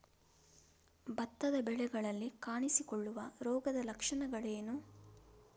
ಭತ್ತದ ಬೆಳೆಗಳಲ್ಲಿ ಕಾಣಿಸಿಕೊಳ್ಳುವ ರೋಗದ ಲಕ್ಷಣಗಳೇನು?